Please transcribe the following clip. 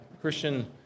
Christian